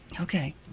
Okay